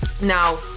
Now